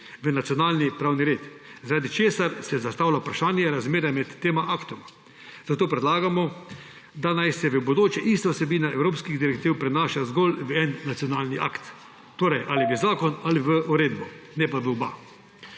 v nacionalni pravni red, zaradi česar se zastavlja vprašanje razmerja med tema aktoma. Zato predlagamo, da naj se v bodoče ista vsebina evropskih direktiv prenaša zgolj v en nacionalni akt. Torej, ali v zakon ali v uredbo, ne pa v oba,